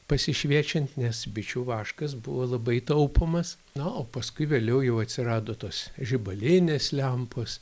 pasišviečiant nes bičių vaškas buvo labai taupomas na o paskui vėliau jau atsirado tos žibalinės lempos